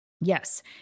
Yes